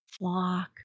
flock